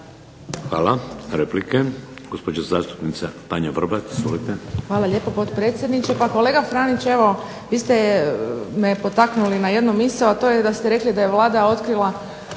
Hvala. Replike. Gospođa zastupnica Tanja Vrbat. Izvolite.